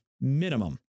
Minimum